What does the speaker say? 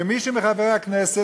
שמי מחברי הכנסת,